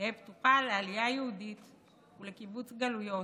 תהא פתוחה לעלייה יהודית ולקיבוץ גלויות,